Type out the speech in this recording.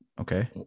Okay